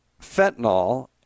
fentanyl